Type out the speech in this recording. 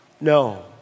no